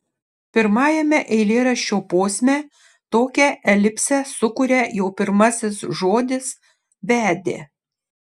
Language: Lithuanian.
pirmajame eilėraščio posme tokią elipsę sukuria jau pirmasis žodis vedė